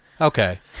Okay